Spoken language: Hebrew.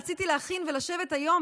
רציתי להכין ולשבת היום,